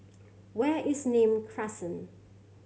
where is Nim Crescent